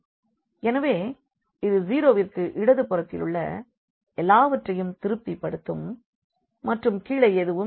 எனவே இது 0 விற்கு இடதுபுறத்திலுள்ள எல்லாவற்றையும் திருப்திபடுத்தும் மற்றும் கீழே எதுவும் இல்லை